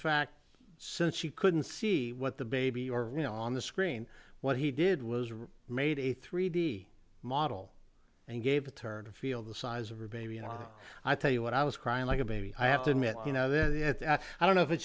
fact since she couldn't see what the baby or you know on the screen what he did was made a three d model and gave the turner field the size of a baby you know i tell you what i was crying like a baby i have to admit you know this i don't know if it's